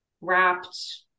wrapped